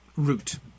root